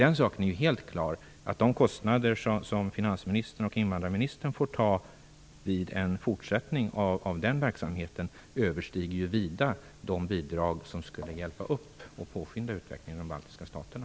En sak är ju helt klar, att de kostnader som finansministern och invandrarministern får ta ansvar för vid en fortsättning av den verksamheten vida överstiger de bidrag som skulle vara till stor hjälp och påskynda utvecklingen i de baltiska staterna.